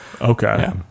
Okay